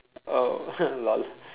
oh lol